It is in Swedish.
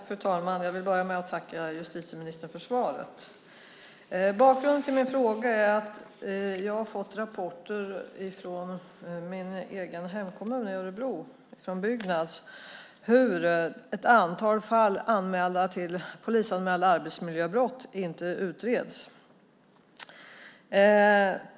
Fru talman! Jag börjar med att tacka justitieministern för svaret. Bakgrunden till min interpellation är att jag har fått rapporter från Byggnads i min hemkommun Örebro om att ett antal polisanmälda arbetsmiljöbrott inte utreds.